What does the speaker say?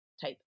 type